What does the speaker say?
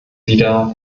wieder